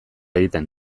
egiten